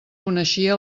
coneixia